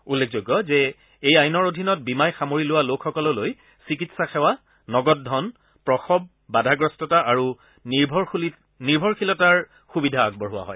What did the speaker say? উল্লেখযোগ্য যে এই আইনৰ অধীনত বীমাই সামৰি লোৱা লোকসকললৈ চিকিৎসা সেৱা নগদ ধন প্ৰসৰ বাধাগ্ৰস্ততা আৰু নিৰ্ভৰশীলতাৰ সুবিধা আগবঢ়োৱা হয়